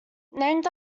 named